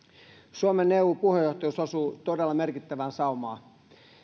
suomen eu puheenjohtajuus osuu todella merkittävään saumaan